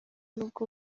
nubwo